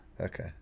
Okay